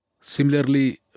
Similarly